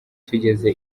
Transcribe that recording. tugeze